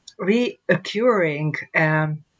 reoccurring